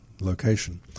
location